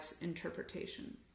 interpretation